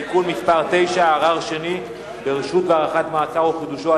(תיקון מס' 9) (ערר שני ברשות והארכת מעצר או חידושו),